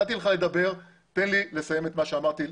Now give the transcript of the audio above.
נתתי לך לדבר, תן לי לסיים את מה שיש לי לומר.